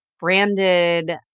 branded